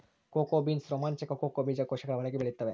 cocoa beans ರೋಮಾಂಚಕ cocoa ಬೀಜಕೋಶಗಳ ಒಳಗೆ ಬೆಳೆತ್ತವ